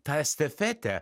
tą estafetę